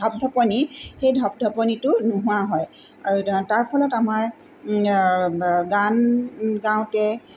ধপ্ধপনি সেই ধপ্ধপনিটো নোহোৱা হয় আৰু তাৰফলত আমাৰ গান গাওঁতে